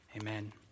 Amen